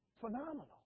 Phenomenal